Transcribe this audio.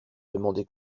demander